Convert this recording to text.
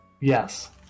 Yes